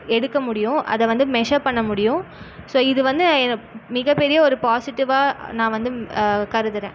எடுக்க முடியும் அதை வந்து மெஷர் பண்ண முடியும் ஸோ இது வந்து மிகப்பெரிய ஒரு பாசிட்டிவ்வாக நான் வந்து கருதுகிறேன்